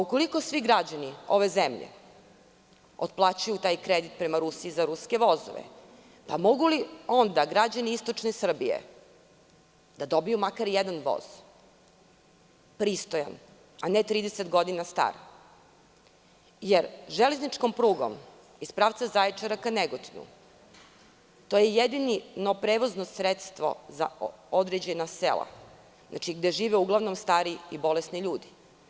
Ukoliko svi građani ove zemlje otplaćuju taj kredit prema Rusiji za ruske vozove, mogu li onda građani Istočne Srbije da dobiju makar jedan voz pristojan, a ne 30 godina star, jer železničkom prugom iz pravca Zaječara ka Negotinu jedino prevozno sredstvo je to za određena sela, gde žive uglavnom stari i bolesni ljudi?